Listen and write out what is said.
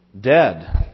dead